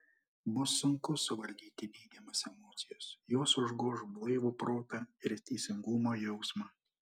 bus sunku suvaldyti neigiamas emocijas jos užgoš blaivų protą ir teisingumo jausmą